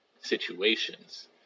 situations